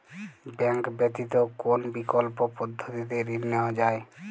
Bank ব্যতিত কোন বিকল্প পদ্ধতিতে ঋণ নেওয়া যায়?